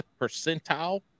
percentile